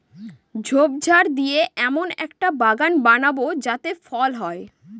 ঝোপঝাড় দিয়ে এমন একটা বাগান বানাবো যাতে ফল হয়